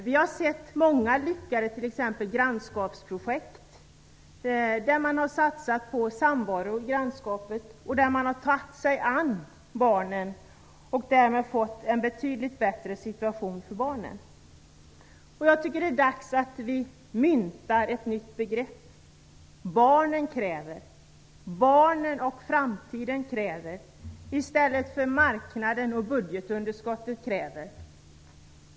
Vi har sett t.ex. många lyckade grannskapsprojekt där man har satsat på samvaro i grannskapet och där man har tagit sig an barnen och därmed fått en betydligt bättre situation för barnen. Jag tycker att det är dags att mynta ett nytt begrepp - barnen och framtiden kräver - i stället för att tala om att marknaden och budgetunderskottet kräver.